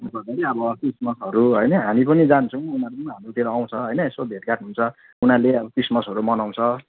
त्यसले गर्दाखेरि अब क्रिसमसहरू होइन हामी पनि जान्छौँ उनीहरू पनि हाम्रोतिर आउँछ होइन यसो भेटघाट हुन्छ उनीहरूले अब क्रिसमसहरू मनाउँछ